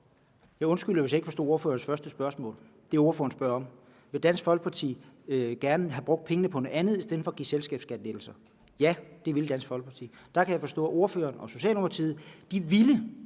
Jeg undskylder, hvis jeg ikke forstod det første spørgsmål. Det, der spørges om, er, om Dansk Folkeparti gerne ville have brugt pengene på noget andet i stedet for at give selskabsskattelettelser. Ja, det ville Dansk Folkeparti. Der kan jeg forstå, at fru Pernille Rosenkrantz-Theil